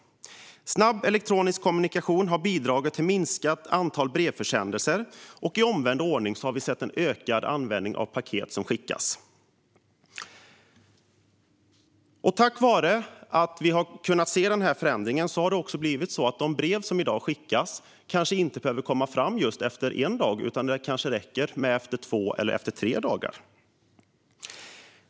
Snabb elektronisk kommunikation har bidragit till ett minskat antal brevförsändelser. Samtidigt skickas det allt fler paket. På grund av denna förändring behöver de brev som skickas kanske inte komma fram efter en dag, utan det kanske räcker att de kommer fram efter två eller tre dagar.